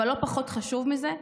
אבל לא פחות חשוב מזה,